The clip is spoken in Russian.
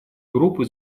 группы